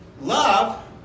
Love